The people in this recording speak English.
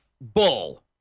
bull